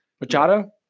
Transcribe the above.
Machado